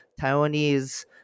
Taiwanese